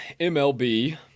MLB